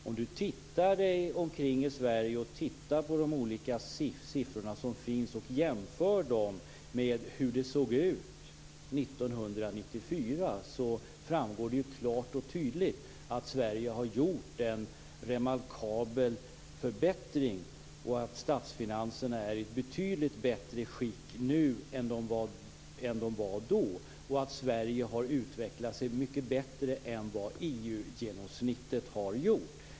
Om han ser sig omkring i Sverige i dag och de siffror som finns och jämför dem med hur det såg ut 1994, framgår det klart och tydligt att Sverige har genomgått en remarkabel förbättring och att statsfinanserna är i ett betydligt bättre skick nu än vad de var då. Sverige har utvecklats bättre än EU genomsnittet.